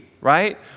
right